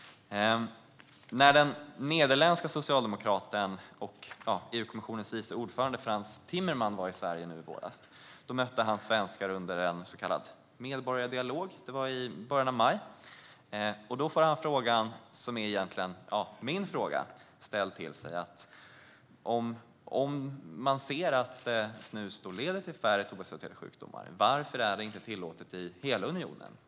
När den nederländske socialdemokraten och EU-kommissionens vice ordförande Frans Timmermans var i Sverige i början av maj mötte han svenskar under en så kallad medborgardialog. Han fick då den fråga som egentligen är min fråga: Om man ser att snus leder till färre tobaksrelaterade sjukdomar, varför är det inte tillåtet i hela unionen?